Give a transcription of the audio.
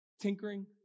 tinkering